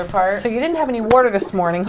or part so you didn't have any water this morning